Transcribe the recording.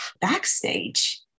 backstage